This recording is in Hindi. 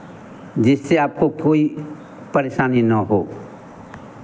जिससे आपको कोई परेशानी ना हो